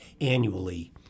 annually